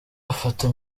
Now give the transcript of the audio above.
afata